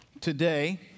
Today